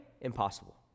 Impossible